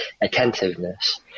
attentiveness